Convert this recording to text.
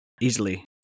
easily